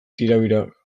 tirabirak